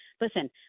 Listen